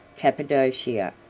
cappadocia,